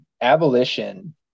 Abolition